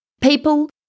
people